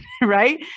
right